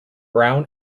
brown